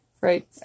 Right